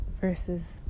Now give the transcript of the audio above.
versus